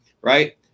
Right